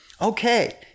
okay